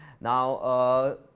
Now